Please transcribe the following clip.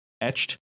etched